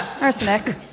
arsenic